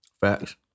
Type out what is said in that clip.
Facts